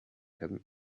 him